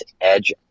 edge